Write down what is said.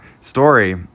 story